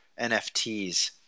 NFTs